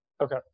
Okay